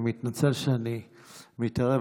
סליחה שאני מתערב,